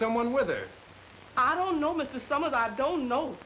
someone with or i don't know much to some of i don't know